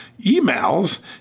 emails